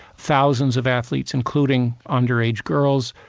thousands of athletes, including under-age girls,